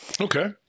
Okay